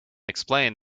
explained